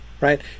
right